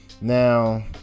Now